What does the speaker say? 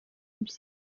ebyiri